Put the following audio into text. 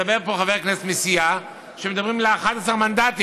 מדבר פה חבר כנסת מסיעה שמדברים שיהיו לה 11 מנדטים,